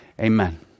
amen